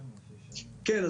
כן,